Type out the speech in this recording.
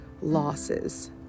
losses